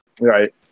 Right